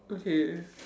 okay